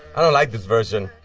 i don't like this version.